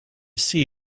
see